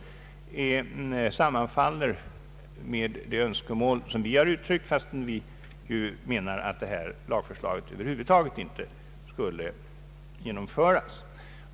Detta sammanfaller med våra önskemål, fast vi menar att detta lagförslag över huvud taget inte borde genomföras.